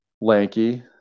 lanky